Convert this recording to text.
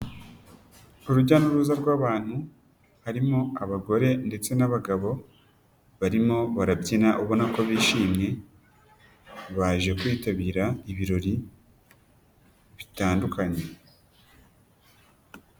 Urujya n'uruza rw'abantutu, harimo abagore ndetse n'abagabo, barimo barabyina ubona ko bishimye, baje kwitabira ibirori, bitandukanye.